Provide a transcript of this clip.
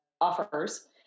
offers